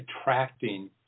attracting